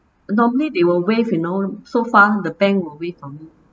normally they will waive you know so far the bank will waive for me